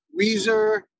Weezer